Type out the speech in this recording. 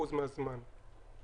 הזמן שהוא צריך להחזיר לעצמו.